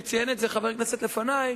וציין את זה חבר הכנסת לפני,